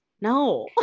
No